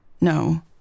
No